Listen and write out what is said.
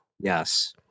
Yes